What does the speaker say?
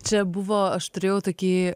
čia buvo aš turėjau tokį